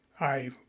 I